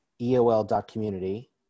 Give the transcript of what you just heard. eol.community